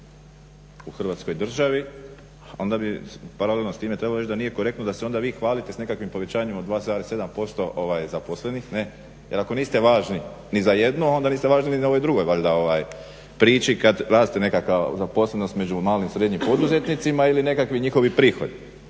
u Hrvatskoj državi. Onda bi paralelno s time trebalo reći da nije korektno da se onda vi hvalite s nekakvim povećanjem od 2,7% zaposlenih ne', jer ako niste važni ni za jednu onda niste važni ni na ovoj drugoj valjda priči kad raste nekakva zaposlenost među malim srednjim poduzetnicima ili nekakvi njihovi prihodi.